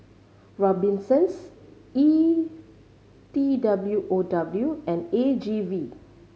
Robinsons E T W O W and A G V